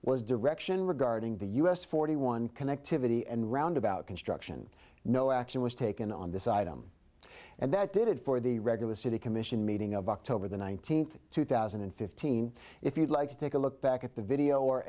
was direction regarding the us forty one connectivity and roundabout construction no action was taken on this item and that did it for the regular city commission meeting of october the nineteenth two thousand and fifteen if you'd like to take a look back at the video or